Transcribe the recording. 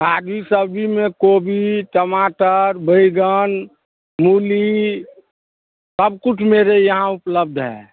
ताज़ी सब्ज़ी में गोभी टमाटर बैंगन मूली सब कुछ मेरे यहाँ उपलब्ध है